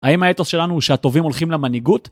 האם האתוס שלנו הוא שהטובים הולכים למנהיגות?